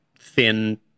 thin